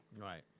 Right